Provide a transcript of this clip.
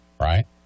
right